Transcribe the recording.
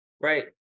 Right